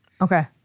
Okay